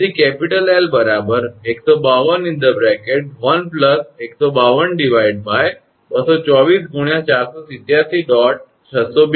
તેથી કેપીટલ 𝑙 1521 152224 × 487